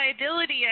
liability